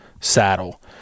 saddle